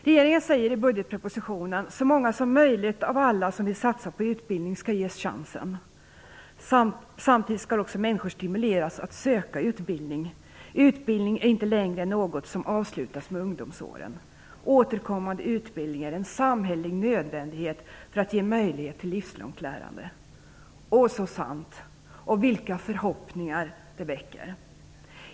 Regeringen säger i budgetpropositionen att så många som möjligt av alla som vill satsa på utbildning skall ges chansen. Samtidigt skall också människor stimuleras att söka utbildning. Utbildning är inte längre något som avslutas med ungdomsåren. Återkommande utbildning är en samhällelig nödvändighet för att man skall ge möjlighet till ett livslångt lärande. Det är så sant. Vilka förhoppningar det väcker!